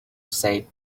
said